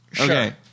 Okay